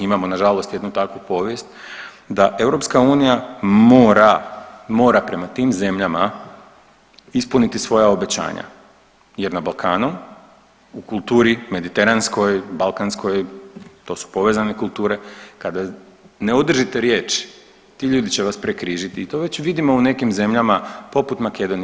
Imamo nažalost jednu takvu povijest da EU mora, mora prema tim zemljama ispuniti svoja obećanja jer na Balkanu u kulturi mediteranskoj, balkanskoj, to su povezane kulture, kada ne održite riječ ti ljudi će vas prekrižiti i to već vidimo u nekim zemljama poput Makedonije.